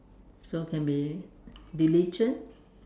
so can be diligent